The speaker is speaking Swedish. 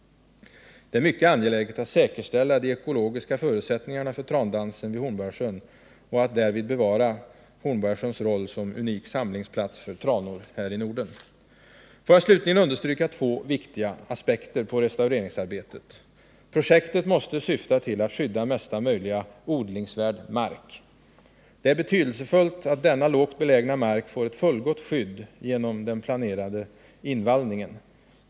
Det är mycket angeläget att säkerställa de ekologiska förutsättningarna för trandansen vid Hornborgasjön och att bevara Hornborgasjöns roll som unik samlingsplats för tranor i Norden. Får jag slutligen understryka två viktiga aspekter på restaureringsarbetet. Projektet måste syfta till att skydda mesta möjliga odlingsvärd mark. Det är betydelsefullt att denna lågt belägna mark får ett fullgott skydd genom den planerade invallningen.